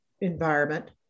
environment